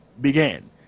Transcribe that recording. began